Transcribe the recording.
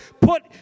put